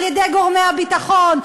על-ידי גורמי הביטחון,